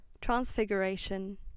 transfiguration